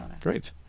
Great